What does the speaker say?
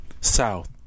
south